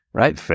right